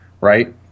right